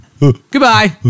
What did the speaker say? Goodbye